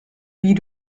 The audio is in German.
wie